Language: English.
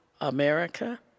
America